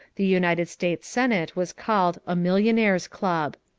the united states senate was called a millionaires' club.